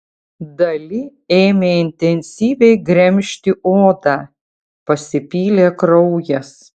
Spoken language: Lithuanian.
dali ėmė intensyviai gremžti odą pasipylė kraujas